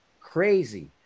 crazy